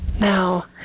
Now